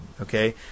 Okay